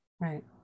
Right